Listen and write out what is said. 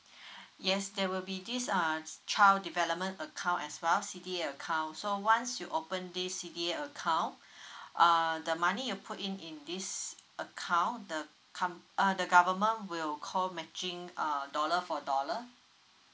yes there will be this uh child development account as well C_D_A account so once you open this C_D_A account uh the money you put in in this account the com~ uh the government will call matching uh dollar for dollar